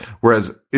Whereas